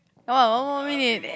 oh one more minute